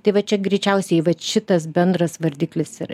tai va čia greičiausiai vat šitas bendras vardiklis yra